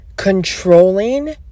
controlling